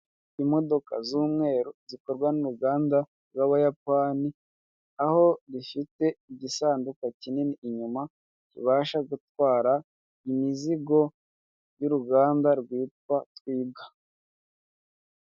Imodoka z'umweru zikorwa n'uruganda rw'abayapani aho zifite igisanduka kinini inyuma kibasha gutwara imizigo y'uruganda rwitwa twiga.